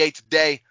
today